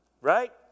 Right